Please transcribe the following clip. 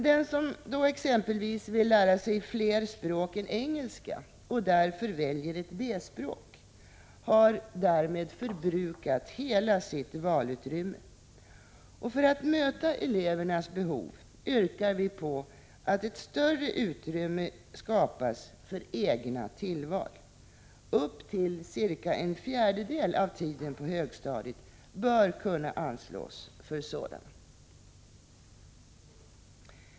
Den som exempelvis vill lära sig fler språk än engelska och därför väljer ett B-språk har förbrukat hela sitt valutrymme. För att möta elevernas behov yrkar vi att ett större utrymme skapas för egna tillval. Upp till cirka en fjärdedel av högstadietiden bör kunna anslås för sådana.